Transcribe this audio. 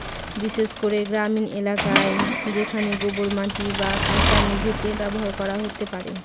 বিশেষ করে গ্রামীণ এলাকায় যেখানে গোবর মাটি বা কাঁচা মেঝেতে ব্যবহার করা হতে পারে